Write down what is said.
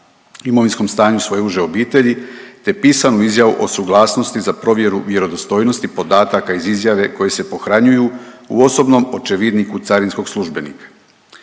imovinskom stanju svoje uže obitelji te pisanu izjavu o suglasnosti za provjeru vjerodostojnosti podataka iz izjave koje se pohranjuju u osobnom očevidniku carinskog službenika.